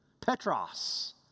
Petros